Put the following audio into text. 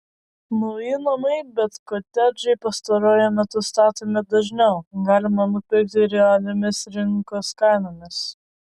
nauji namai bei kotedžai pastaruoju metu statomi dažniau galima nupirkti realiomis rinkos kainomis